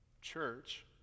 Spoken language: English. Church